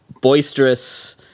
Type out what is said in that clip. boisterous